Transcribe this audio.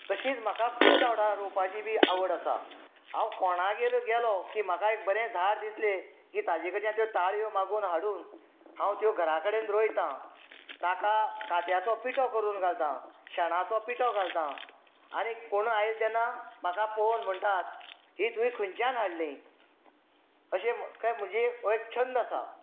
तशीच म्हाका फुलझाडां रोंवपाची बीन आवड आसा हांव कोणगेरय गेलो की म्हाका एक बरें झाड दिसले की ताचे कडल्यान त्यो ताळयो मागून हाडून हांव त्यो घरा कडेन रोंयता ताका काथ्याचो पिठो करून घालता शेणाचो पिठो घालता आनी कोण आयलो तेन्ना म्हाका पळोवन म्हणटात ही तुवेंन खंयच्यान हाडली अशें कांय म्हजे हो एक छंद आसात